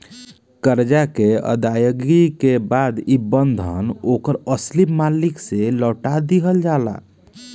करजा के अदायगी के बाद ई बंधन ओकर असली मालिक के लौटा दिहल जाला